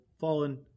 fallen